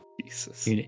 Jesus